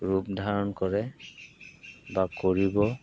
ৰূপ ধাৰণ কৰে বা কৰিব